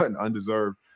undeserved